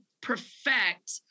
perfect